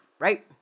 right